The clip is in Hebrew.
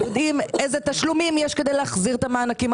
יודעים איזה תשלומים יש כדי להחזיר את המענקים,